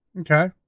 Okay